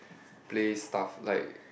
play stuff like